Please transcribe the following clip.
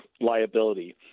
liability